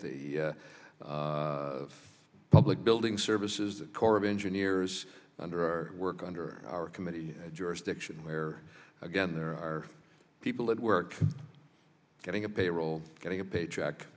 a a the public building services the corps of engineers under our work under our committee jurisdiction where again there are people that work getting a payroll getting a paycheck